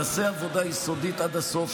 נעשה עבודה יסודית עד הסוף.